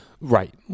Right